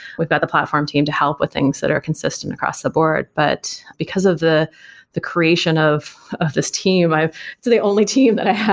we've got the platform team to help with things that are consistent across the board. but because of the the creation of of this team, i've it's the only team that i